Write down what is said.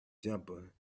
jumper